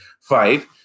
fight